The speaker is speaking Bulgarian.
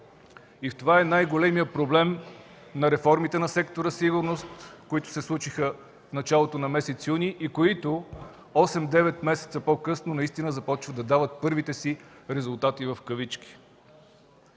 В това е най-големият проблем на реформите на сектора „Сигурност”, които се случиха в началото на месец юни и които осем-девет месеца по-късно наистина започват да дават първите си „резултати”.